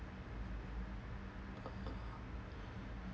uh